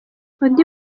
undi